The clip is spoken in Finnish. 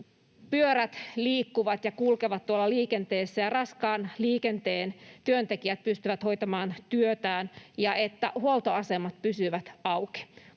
pyörät liikkuvat ja kulkevat tuolla liikenteessä ja raskaan liikenteen työntekijät pystyvät hoitamaan työtään ja että huoltoasemat pysyvät auki,